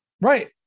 Right